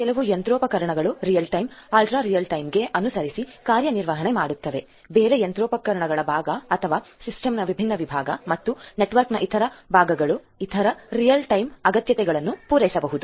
ಕೆಲವು ಯಂತ್ರೋಪಕರಣಗಳು real time ultra real time ಗೆ ಅನುಸರಸಿ ಕಾರ್ಯನಿರ್ವಹಣೆ ಮಾಡುತವೇ ಬೇರೆಯಂತ್ರೋಪಕಣಗಳ ಭಾಗಗಳು ಅಥವಾ ಸಿಸ್ಟಮ್ ನ ವಿಭಿನ್ನ ವಿಭಾಗಗಳು ಮತ್ತು ನೆಟ್ವರ್ಕ್ನ ಇತರ ಭಾಗಗಳು ಇತರ ನೈಜ ಸಮಯದ ಅಗತ್ಯತೆಗಳನ್ನು ಪೂರೈಸುತ್ತಿರಬಹುದು